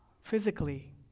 physically